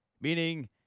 meaning